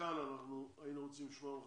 כאן היינו רוצים לשמוע ממך